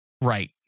right